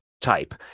type